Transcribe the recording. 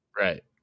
right